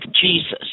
Jesus